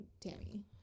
Tammy